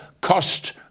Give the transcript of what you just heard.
cost